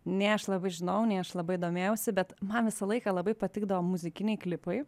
nei aš labai žinojau nei aš labai domėjausi bet man visą laiką labai patikdavo muzikiniai klipai